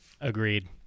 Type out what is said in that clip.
agreed